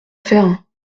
faire